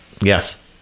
Yes